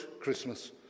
Christmas